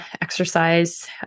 exercise